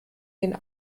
den